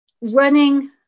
running